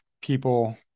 people